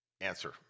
answer